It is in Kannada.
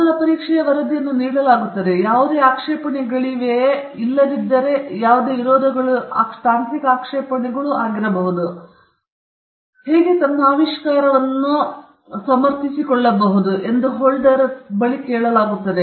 ಮೊದಲ ಪರೀಕ್ಷೆಯ ವರದಿಯನ್ನು ನೀಡಲಾಗುತ್ತದೆ ಅಲ್ಲಿ ಯಾವುದೇ ಆಕ್ಷೇಪಣೆಗಳಿವೆಯೇ ಆದರೆ ಯಾವುದೇ ವಿರೋಧಗಳು ತಾಂತ್ರಿಕ ಆಕ್ಷೇಪಣೆಗಳಾಗಿರಬಹುದು ಅಥವಾ ಅದು ಸಾಧ್ಯವಾದರೆ ಅದರಲ್ಲಿ ಅವನು ಹೇಗೆ ತನ್ನ ಆವಿಷ್ಕಾರವನ್ನು ಬೆಳಕಿನಲ್ಲಿ ಹೇಗೆ ಸಮರ್ಥಿಸಿಕೊಳ್ಳಬಹುದು ಎಂದು ಬಲ ಹೋಲ್ಡರ್ ಕೇಳಲಾಗುತ್ತದೆ